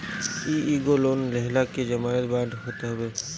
इ एगो लोन लेहला के जमानत बांड होत हवे